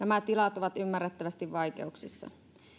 nämä tilat ovat ymmärrettävästi vaikeuksissa